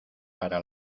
para